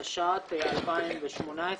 התשע"ט-2018.